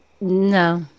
no